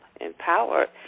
empowered